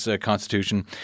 Constitution